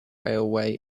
railway